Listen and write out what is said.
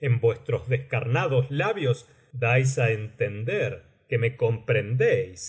en vuestros descarnados labios dais á entender que me comprendéis